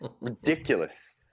ridiculous